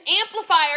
amplifier